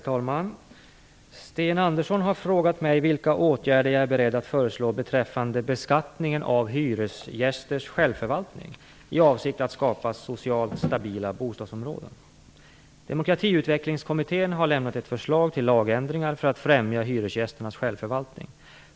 Herr talman! Sten Andersson har frågat mig vilka åtgärder jag är beredd att föreslå beträffande beskattningen av hyresgästers självförvaltning i avsikt att skapa socialt stabila bostadsområden. Demokratiutvecklingskommittén har lämnat ett förslag till lagändringar för att främja hyresgästernas självförvaltning.